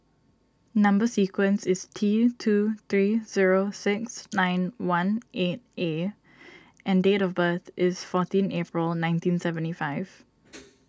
Number Sequence is T two three zero six nine one eight A and date of birth is fourteen April nineteen seventy five